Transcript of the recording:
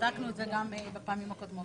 בדקנו את זה גם בפעמים הקודמות.